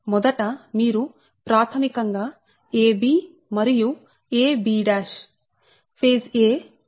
మొదట మీరు ప్రాథమికం గా ab మరియు ab ఫేజ్a మరియు ఫేజ్ b మధ్య తీసుకోండి